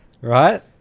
Right